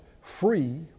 free